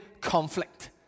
conflict